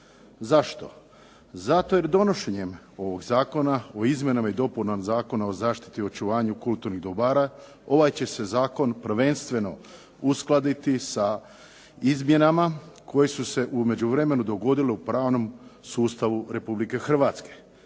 Zašto? Zato jer donošenjem ovog Zakona o izmjenama i dopunama Zakona o zaštiti i očuvanju kulturnih dobar ovaj će se zakon prvenstveno uskladiti sa izmjenama koje su se u međuvremenu dogodile u pravnom sustavu Republike Hrvatske.